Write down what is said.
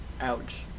ouch